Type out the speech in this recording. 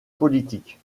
politiques